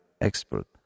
expert